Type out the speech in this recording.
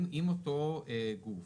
אם אותו גוף,